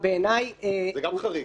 זה גם חריג.